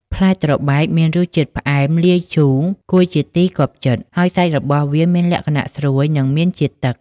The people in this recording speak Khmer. ផ្លែត្របែកមានរសជាតិ ផ្អែមលាយជូរ គួរជាទីគាប់ចិត្ត ហើយសាច់របស់វាមានលក្ខណៈ ស្រួយ និង មានជាតិទឹក។